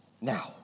Now